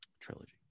trilogy